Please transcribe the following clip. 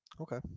Okay